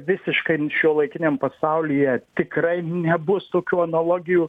visiškai šiuolaikiniam pasaulyje tikrai nebus tokių analogijų